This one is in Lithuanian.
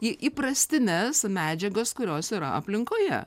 į įprastines medžiagas kurios yra aplinkoje